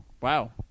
Wow